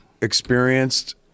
experienced